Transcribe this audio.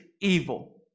evil